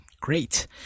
great